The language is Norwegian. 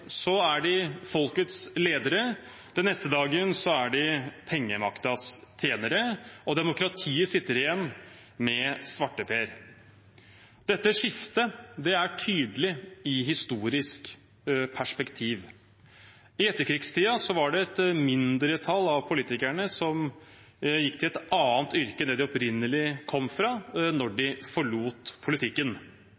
er de folkets ledere, den neste dagen er de pengemaktens tjenere, og demokratiet sitter igjen med svarteper. Dette skiftet er tydelig i et historisk perspektiv. I etterkrigstiden var det et mindretall av politikerne som gikk til et annet yrke enn det de opprinnelig kom fra, når de forlot politikken, og for dem som skiftet beite, var tendensen at de